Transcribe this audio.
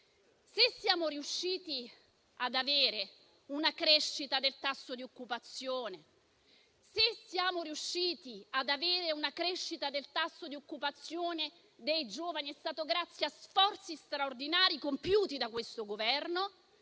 Se siamo riusciti ad avere una crescita del tasso di occupazione dei giovani, è stato grazie a sforzi straordinari compiuti da questo Governo,